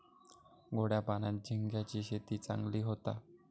गोड्या पाण्यात झिंग्यांची शेती चांगली होता